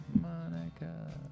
Monica